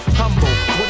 humble